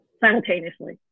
simultaneously